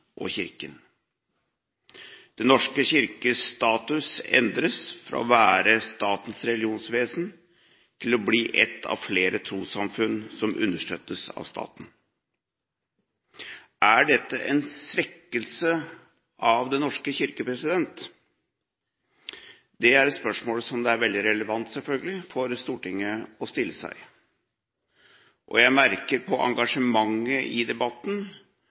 og Kirken. Den norske kirkes status endres fra å være statens religionsvesen til å bli ett av flere trossamfunn som understøttes av staten. Er dette en svekkelse av Den norske kirke? Det er selvfølgelig et spørsmål som er veldig relevant for Stortinget å stille seg. Jeg merker på engasjementet i debatten